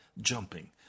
jumping